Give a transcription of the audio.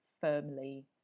firmly